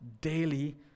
daily